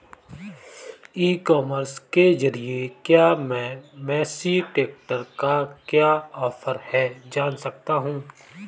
ई commerce के ज़रिए क्या मैं मेसी ट्रैक्टर का क्या ऑफर है जान सकता हूँ?